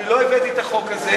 אני לא הבאתי את החוק הזה,